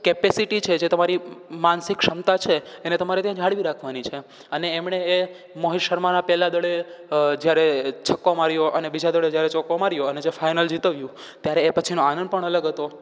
capacity છે જે તમારી માનસિક ક્ષમતા છે એને તમારે ત્યાં જાળવી રાખવાની છે અને એમણે એ મોહિત શર્માના પહેલા દડે જ્યારે છક્કો માર્યો અને બીજા દડે જ્યારે ચોક્કો માર્યો અને જે ફાઇનલ જિતાવ્યું ત્યારે એ પછીનો આનંદ પણ અલગ હતો